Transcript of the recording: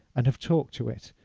and have talked to it,